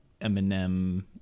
Eminem